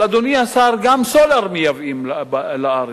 אבל, אדוני השר, גם סולר מייבאים לארץ.